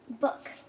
book